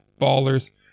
Ballers